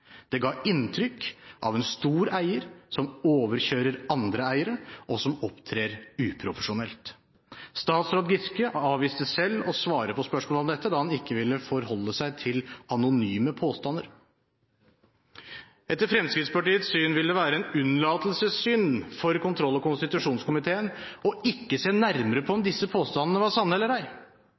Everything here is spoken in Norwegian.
Det ga inntrykk av en stor eier som overkjører andre eiere, og som opptrer uprofesjonelt. Statsråd Giske avviste selv å svare på spørsmål om dette, da han ikke ville forholde seg til «anonyme påstander». Etter Fremskrittspartiets syn ville det være en unnlatelsessynd for kontroll- og konstitusjonskomiteen ikke å se nærmere på om disse påstandene var sanne eller ei.